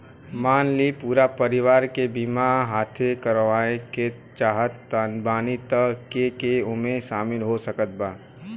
मान ली पूरा परिवार के बीमाँ साथे करवाए के चाहत बानी त के के ओमे शामिल हो सकत बा?